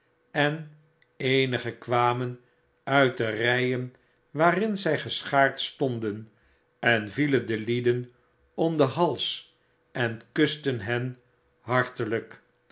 en eenige kwamen uit de rijen waarin zy geschaard stonden en vieleri de iieden om den hals en kusten hen hartelrjk